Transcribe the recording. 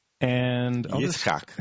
Yitzchak